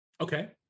Okay